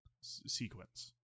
sequence